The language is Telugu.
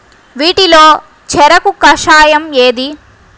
వీటిలో చెరకు కషాయం ఏది?